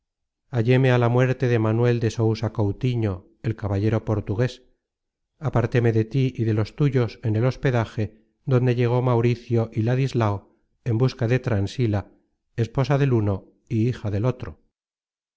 halléme á la muerte de manuel de sousa coutiño el caballero portugues apartéme de tí y de los tuyos en el hospedaje donde llegó mauricio y ladislao en busca de transila esposa del uno y hija del otro